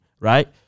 right